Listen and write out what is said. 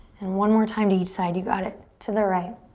and one more time to each side. you got it. to the right.